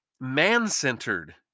man-centered